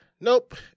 Nope